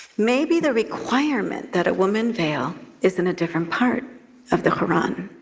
maybe the requirement that a woman veil is in a different part of the quran.